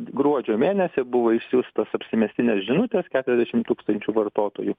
gruodžio mėnesį buvo išsiųstos apsimestinės žinutės keturiasdešim tūkstančių vartotojų